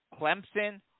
Clemson